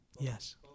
Yes